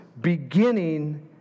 Beginning